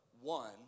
one